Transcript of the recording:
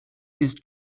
ist